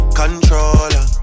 controller